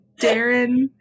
Darren